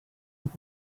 with